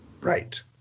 Right